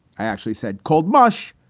i actually said cold mush,